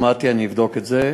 שמעתי, אני אבדוק את זה.